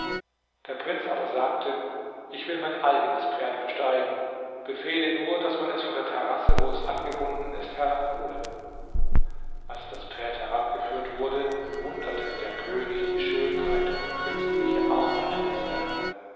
der prinz aber sagte ich will mein eigenes pferd besteigen befehle nur daß man es von der terrasse wo es angebunden ist herabhole als das pferd herbeigeführt wurde bewunderte der könig die schönheit und künstliche arbeit desselben